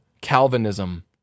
Calvinism